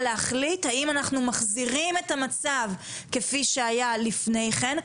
להחליט האם אנחנו מחזירים את המצב כפי שהיה לפני כן,